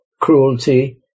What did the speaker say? cruelty